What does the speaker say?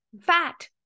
fat